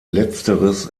letzteres